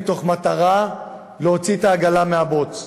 במטרה להוציא את העגלה מהבוץ.